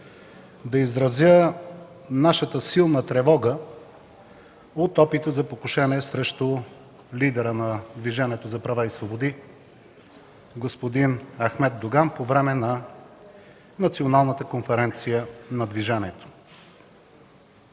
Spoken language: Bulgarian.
да изразя нашата силна тревога от опита за покушение срещу лидера на Движението за права и свободи господин Ахмед Доган по време на Националната конференция на Движението.